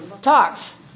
Talks